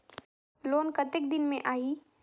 Loan कतेक दिन मे आही?